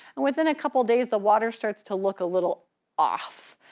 and within a couple of days the water starts to look a little off.